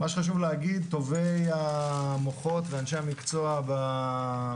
מה שחשוב להגיד זה שטובי המוחות ואנשי המקצוע במדינה,